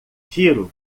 tiro